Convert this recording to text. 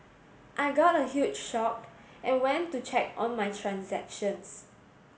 I got a huge shocked and went to check on my transactions